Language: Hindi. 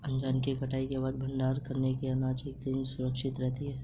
अनाज की कटाई के बाद भंडारण करने से अनाज एकत्रितऔर सुरक्षित रहती है